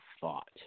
thought